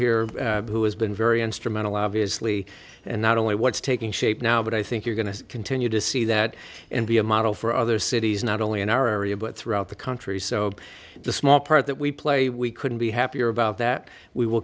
here who has been very instrumental obviously and not only what's taking shape now but i think you're going to continue to see that and be a model for other cities not only in our area but throughout the country so the small part that we play we couldn't be happier about that we will